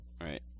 Right